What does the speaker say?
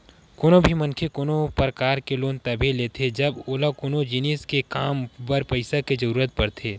कोनो भी मनखे कोनो परकार के लोन तभे लेथे जब ओला कोनो जिनिस के काम बर पइसा के जरुरत पड़थे